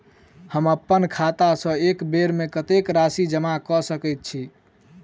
हम अप्पन खाता सँ एक बेर मे कत्तेक राशि जमा कऽ सकैत छी?